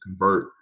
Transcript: convert